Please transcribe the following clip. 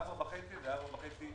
זה 4.5 מיליון אנשים.